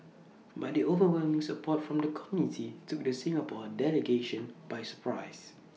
but the overwhelming support from the committee took the Singapore delegation by surprise